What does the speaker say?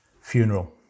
funeral